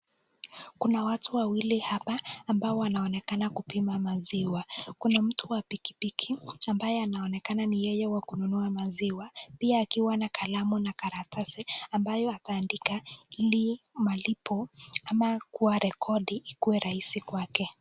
Kuna watu wawili hapa ambayo wanaonekana kupima maziwa, kuna mtu wa pikipiki ambaye anaonekana ni yeye wa kupima maziwa, pia akiwa na kalamu na karatasi ambayo ataandika ili malipo ama rekodi kuwa rahisi kwake.